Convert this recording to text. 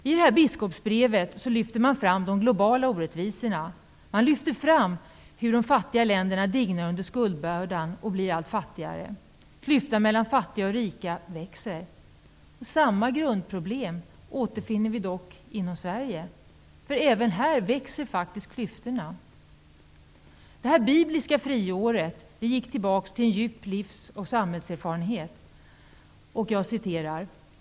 I biskopsbrevet lyfter man fram de globala orättvisorna. Man lyfter fram hur de fattiga länderna dignar under skuldbördan och blir allt fattigare. Klyftan mellan fattiga och rika växer. Samma grundproblem återfinner vi dock inom Sverige. Även här växer faktiskt klyftorna. Det bibliska friåret gick tillbaka till en djup livs och samhällserfarenhet.